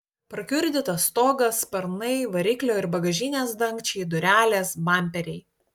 prakiurdytas stogas sparnai variklio ir bagažinės dangčiai durelės bamperiai